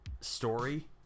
story